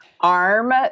Arm